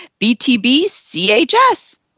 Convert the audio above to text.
BTBCHS